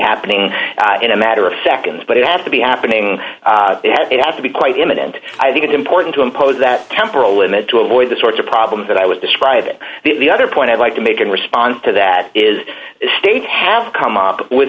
happening in a matter of seconds but it has to be happening and it has to be quite imminent i think it's important to impose that temporal limit to avoid the sorts of problems that i was describing the other point i'd like to make in response to that is the state have come up with